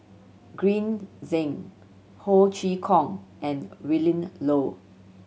Green Zeng Ho Chee Kong and Willin Low